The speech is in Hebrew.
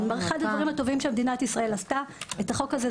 אחד הדברים הטובים שמדינת ישראל עשתה את החוק הזה,